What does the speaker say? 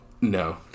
No